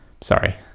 Sorry